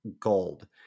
gold